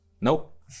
Nope